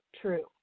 true